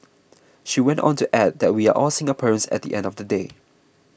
she went on to add that we are all Singaporeans at the end of the day